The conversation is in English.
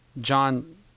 John